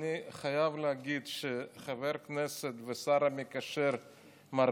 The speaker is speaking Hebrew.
ואני חייב להגיד שחבר כנסת והשר המקשר מר